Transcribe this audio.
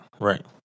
Right